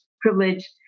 privilege